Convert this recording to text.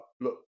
Look